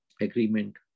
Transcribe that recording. agreement